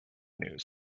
news